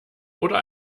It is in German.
oder